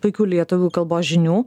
puikių lietuvių kalbos žinių